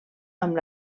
amb